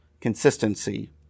consistency